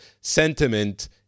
sentiment